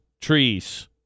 trees